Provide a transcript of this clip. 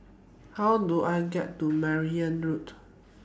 How Do I get to Merryn Road